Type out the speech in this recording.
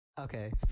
Okay